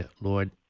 Lord